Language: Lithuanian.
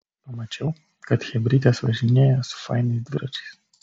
pamačiau kad chebrytės važinėja su fainais dviračiais